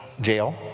jail